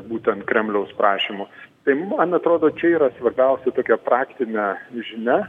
būtent kremliaus prašymu tai man atrodo čia yra svarbiausia tokia praktinė žinia